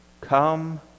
come